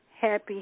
happy